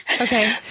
Okay